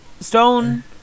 Stone